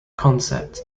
concept